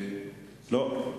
לא.